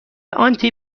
آنتی